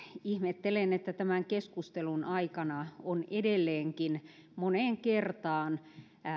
ihmettelen että tämän keskustelun aikana on edelleenkin moneen kertaan